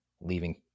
leaving